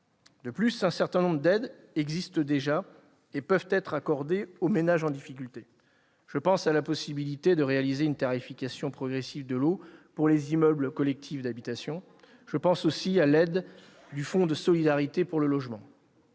De plus, un certain nombre d'aides qui peuvent être accordées aux ménages en difficulté existent déjà. Je pense à la possibilité d'appliquer une tarification progressive de l'eau pour les immeubles collectifs d'habitation. Je pense aussi à l'aide du Fonds de solidarité pour le logement.